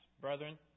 Brethren